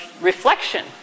reflection